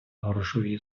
грошові